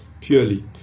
purely